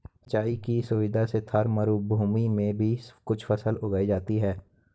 सिंचाई की सुविधा से थार मरूभूमि में भी कुछ फसल उगाई जाती हैं